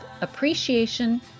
appreciation